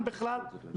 הסתובבנו בכל הארץ,